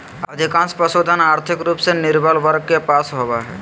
अधिकांश पशुधन, और्थिक रूप से निर्बल वर्ग के पास होबो हइ